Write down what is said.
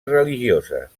religioses